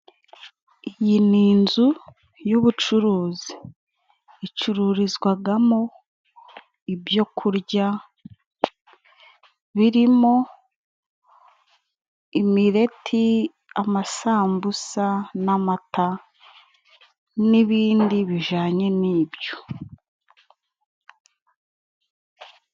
Iyi ni inzu y'ubucuruzi, icururizwagamo ibyo kurya birimo, imireti amasambusa n'amata n'ibindi bijanye n'ibyo.